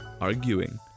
arguing